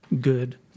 good